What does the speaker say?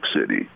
City